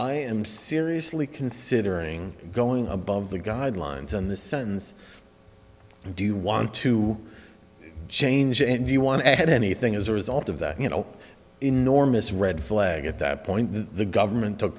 i am seriously considering going above the guidelines on the sentence do you want to change and do you want to add anything as a result of that you know enormous red flag at that point the government took